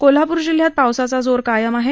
कोल्हापूर जिल्ह्यात पावसाचा जोर कायम आहे